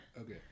Okay